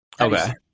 Okay